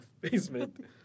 basement